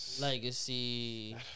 Legacy